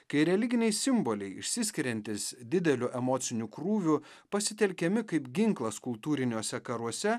kai religiniai simboliai išsiskiriantys dideliu emociniu krūviu pasitelkiami kaip ginklas kultūriniuose karuose